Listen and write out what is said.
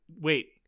Wait